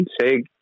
Say